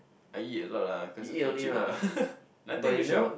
I eat a lot ah cause the food cheap ah nothing to shop